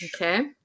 okay